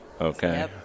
Okay